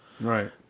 Right